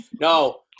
No